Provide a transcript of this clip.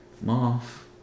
Moth